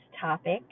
topic